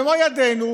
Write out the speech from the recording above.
במו ידינו,